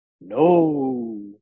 no